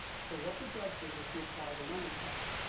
so what the judge did was to apply the lemon test.